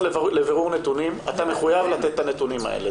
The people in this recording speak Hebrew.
לבירור נתונים ואתה מחויב לתת את הנתונים האלה.